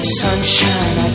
sunshine